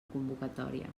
convocatòria